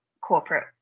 corporate